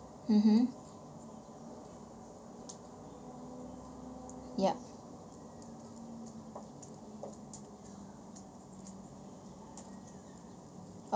mmhmm yup